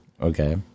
Okay